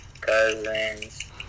cousins